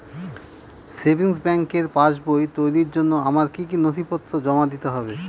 Savings ব্যাংকের পাসবই তৈরির জন্য আমার কি কি নথিপত্র জমা দিতে হবে?